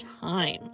time